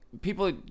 people